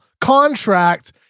contract